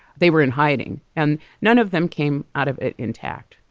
they were in hiding and none of them came out of it intact.